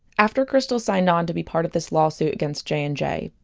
after krystal signed on to be part of this lawsuit against j and j,